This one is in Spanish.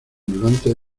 ondulante